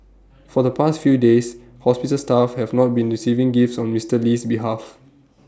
for the past few days hospital staff have not been receiving gifts on Mister Lee's behalf